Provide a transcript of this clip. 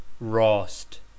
rost